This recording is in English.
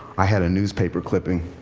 i had a newspaper clipping.